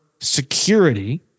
security